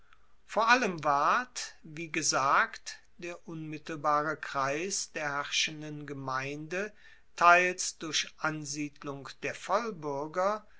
vor allem ward wie gesagt der unmittelbare kreis der herrschenden gemeinde teils durch ansiedelung der